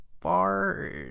far